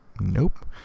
nope